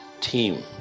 team